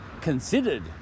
considered